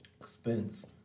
expense